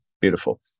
beautiful